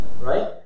right